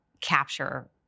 capture